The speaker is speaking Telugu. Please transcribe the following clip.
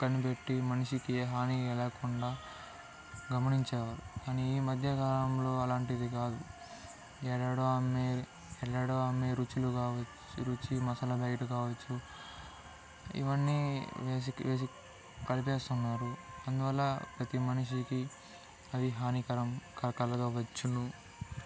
కనిపెట్టి మనిషికి హాని లేకుండా గమనించేవారు కాని ఈ మధ్యకాలంలో అలాంటివి కావు ఏడాడో అమ్మి ఏడాడో అమ్మే రుచులు కావివి రుచి మసాలా బయట కావచ్చు ఇవన్నీ వెసిక్ వేసి కలిపేస్తున్నారు అందువల్ల ప్రతీ మనిషికి అవి హానికరం కాకలకావచ్చును